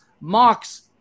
mocks